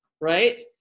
right